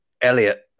Elliot